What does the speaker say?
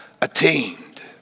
attained